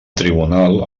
tribunal